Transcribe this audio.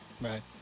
Right